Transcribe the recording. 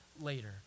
later